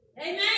Amen